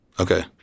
Okay